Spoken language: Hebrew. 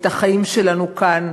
את החיים שלנו כאן,